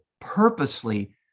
purposely